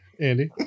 Andy